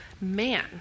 man